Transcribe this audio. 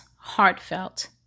heartfelt